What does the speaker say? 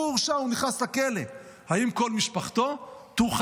הוא הורשע, הוא נכנס לכלא, האם כל משפחתו תורחק?